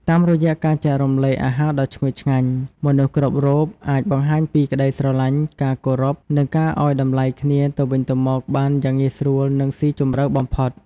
តាមរយៈការចែករំលែកអាហារដ៏ឈ្ងុយឆ្ងាញ់ មនុស្សគ្រប់រូបអាចបង្ហាញពីក្តីស្រឡាញ់ ការគោរព និងការឲ្យតម្លៃគ្នាទៅវិញទៅមកបានយ៉ាងងាយស្រួលនិងស៊ីជម្រៅបំផុត។